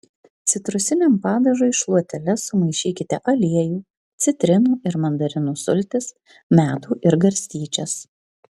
citrusiniam padažui šluotele sumaišykite aliejų citrinų ir mandarinų sultis medų ir garstyčias